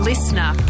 Listener